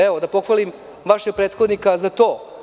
Evo, pohvalio bih vašeg prethodnika za to.